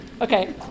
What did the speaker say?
Okay